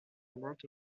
wrote